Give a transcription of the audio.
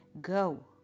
Go